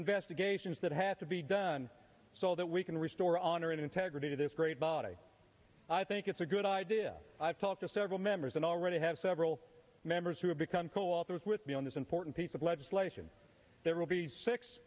investigations that have to be done so that we can restore honor and integrity to this great body i think it's a good idea i've talked to several members and already have several members who have become co authors with me on this important piece of legislation that will be six